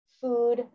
food